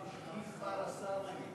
גם השר לשעבר.